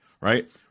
right